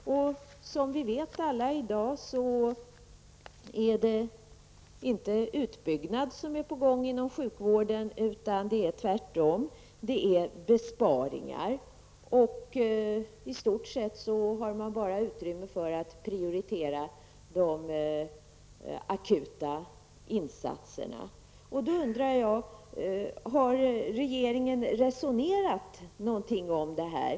Som alla i dag vet är det inte fråga om att en utbyggnad är på gång inom sjukvården. Tvärtom rör det sig om besparingar. I stort sett finns det bara utrymme för prioriteringar av akuta insatser. Mot den bakgrunden undrar jag om regeringen har resonerat om dessa saker.